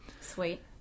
Sweet